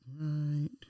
right